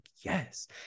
yes